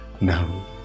now